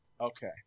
Okay